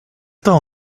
tell